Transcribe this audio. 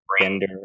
gender